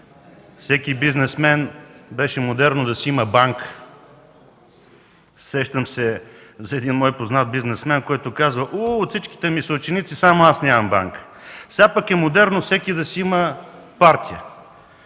всеки бизнесмен да си има банка. Сещам се за един мой познат бизнесмен, който каза: „От всичките ми съученици само аз нямам банка”. Сега пък е модерно всеки да си има партия.